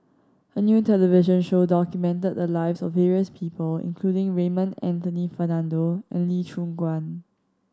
a new television show documented the lives of various people including Raymond Anthony Fernando and Lee Choon Guan